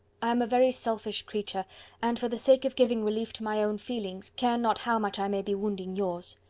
i am a very selfish creature and, for the sake of giving relief to my own feelings, care not how much i may be wounding yours.